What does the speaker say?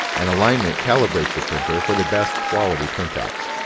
an alignment calibrates the printer for the best quality printouts.